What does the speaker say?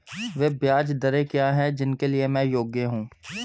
वे ब्याज दरें क्या हैं जिनके लिए मैं योग्य हूँ?